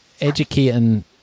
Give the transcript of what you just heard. educating